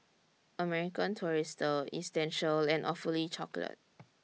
American Tourister Essential and Awfully Chocolate